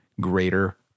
greater